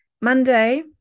Monday